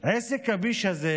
עסק הביש הזה